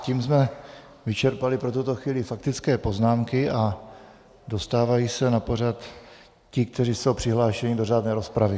Tím jsme vyčerpali pro tuto chvíli faktické poznámky a dostávají se na pořad ti, kteří jsou přihlášeni do řádné rozpravy.